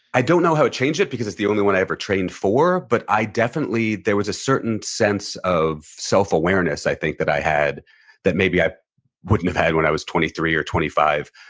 i don't know how it changed it, because it's the only one i ever trained for, but i definitely, there was a certain sense of self-awareness i think that i had that maybe i wouldn't have had when i was twenty three or twenty five.